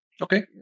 Okay